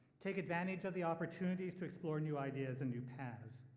take advantage of the opportunities to explore new ideas and new paths.